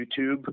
YouTube